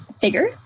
figure